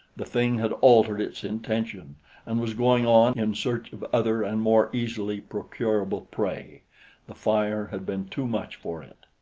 the thing had altered its intention and was going on in search of other and more easily procurable prey the fire had been too much for it.